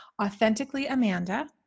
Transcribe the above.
authenticallyamanda